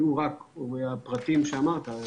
הפרטים שאמרת,